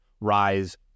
rise